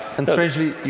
and strangely,